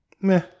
meh